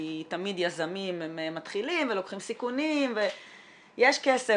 תמיד יזמים הם מתחילים ולוקחים סיכונים ויש כסף